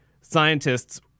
scientists